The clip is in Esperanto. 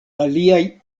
aliaj